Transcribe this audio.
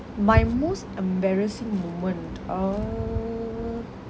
my most embarrassing moment err